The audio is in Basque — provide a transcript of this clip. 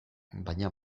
baina